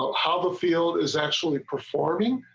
how the field is actually performing.